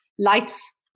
lights